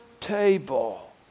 table